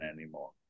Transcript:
anymore